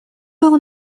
был